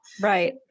Right